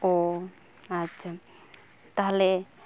ᱚᱻ ᱟᱪᱪᱷᱟ ᱛᱟᱦᱚᱞᱮ